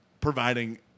providing